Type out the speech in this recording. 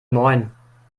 moin